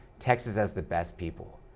texas has the best people.